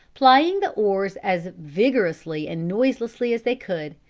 plying the oars as vigorously and noiselessly as they could,